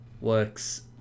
works